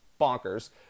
bonkers